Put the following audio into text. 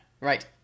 Right